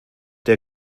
der